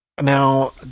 Now